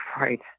Right